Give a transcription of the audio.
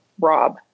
rob